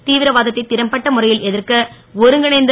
தீவிரவாதத்தை றம்பட்ட முறை ல் எ ர்க்க ஒருங்கிணைந்த